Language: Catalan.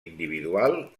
individual